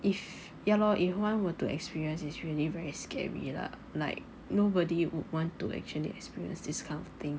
if ya lor if one were to experience is really very scary lah like nobody would want to actually experience this kind of thing